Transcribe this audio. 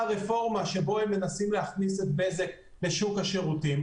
רפורמה בה הם מנסים להכניס את בזק לשוק השירותים?